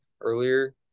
earlier